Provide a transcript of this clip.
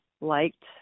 liked